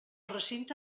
recinte